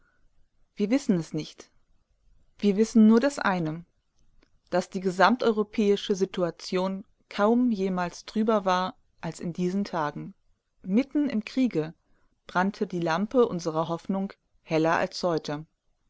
wir wissen es nicht wir wissen nur das eine daß die gesamteuropäische situation kaum jemals trüber war als in diesen tagen mitten im kriege brannte die lampe unserer hoffnung heller als heute